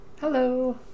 Hello